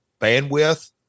bandwidth